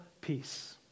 peace